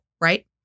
right